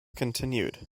continued